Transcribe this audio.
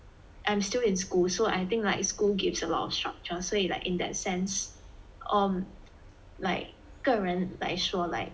I'm still in school so I think like school gives a lot of structure 所以 like in that sense um like 个人来说 like